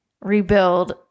rebuild